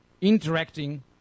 interacting